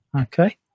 okay